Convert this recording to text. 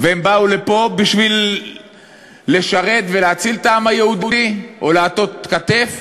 והם באו לפה בשביל לשרת ולהציל את העם היהודי או להטות כתף?